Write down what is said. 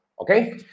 Okay